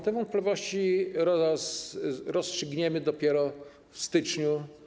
Te wątpliwości rozstrzygniemy dopiero w styczniu.